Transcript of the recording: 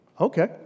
Okay